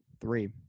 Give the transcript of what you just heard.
Three